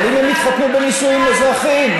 אבל אם הם מתחתנים בנישואים אזרחיים,